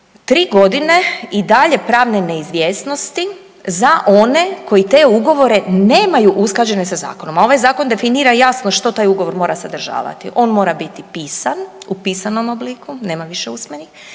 3 godine i dalje pravne neizvjesnosti za one koji te ugovore nemaju usklađene sa zakonom, a ovaj zakon definira jasno što taj ugovor mora sadržavati. On mora biti pisan u pisanom obliku. Nema više usmenih.